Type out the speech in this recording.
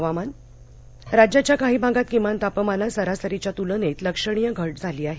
हवामान राज्याच्या काही भागात किमान तापमानात सरासरीच्या तुलनेत लक्षणीय घट झाली आहे